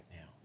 now